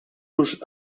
los